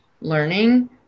learning